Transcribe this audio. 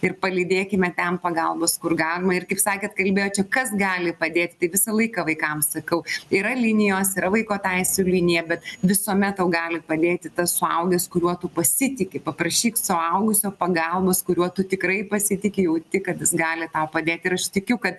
ir palydėkime ten pagalbos kur galima ir kaip sakėt kalbėjo čia kas gali padėti tai visą laiką vaikams sakau yra linijos yra vaiko teisių linija bet visuomet tau gali padėti tas suaugęs kuriuo tu pasitiki paprašyk suaugusio pagalbos kuriuo tu tikrai pasitiki jauti kad jis gali tau padėti ir aš tikiu kad